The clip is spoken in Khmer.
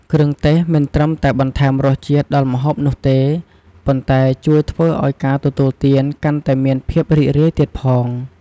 គ្រឿងទេសមិនត្រឹមតែបន្ថែមរសជាតិដល់ម្ហូបនោះទេ ប៉ុន្តែជួយធ្វើឲ្យការទទួលទានកាន់តែមានភាពរីករាយទៀតផង។